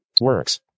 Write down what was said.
Works